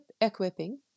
equipping